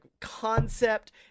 concept